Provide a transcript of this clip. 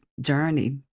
journey